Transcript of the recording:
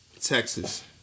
Texas